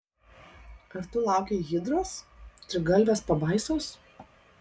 ar tu laukei hidros trigalvės pabaisos